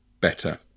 better